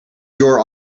your